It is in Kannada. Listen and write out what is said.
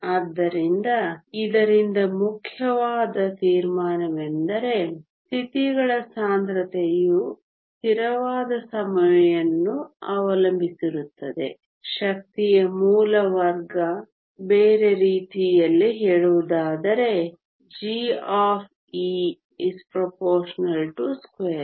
ಆದ್ದರಿಂದ ಇದರಿಂದ ಮುಖ್ಯವಾದ ತೀರ್ಮಾನವೆಂದರೆ ಸ್ಥಿತಿಗಳ ಸಾಂದ್ರತೆಯು ಸ್ಥಿರವಾದ ಸಮಯವನ್ನು ಅವಲಂಬಿಸಿರುತ್ತದೆ ಶಕ್ತಿಯ ವರ್ಗಮೂಲ ಬೇರೆ ರೀತಿಯಲ್ಲಿ ಹೇಳುವುದಾದರೆ gα√❑